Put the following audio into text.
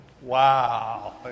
Wow